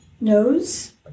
nose